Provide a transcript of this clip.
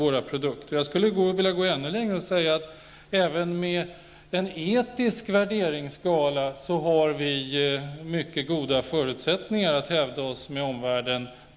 Jag skulle vilja gå ännu längre och säga att vi även på en etisk värderingsskala har en livsmedelsproduktion som har mycket goda förutsättningar att hävda sig mot omvärlden.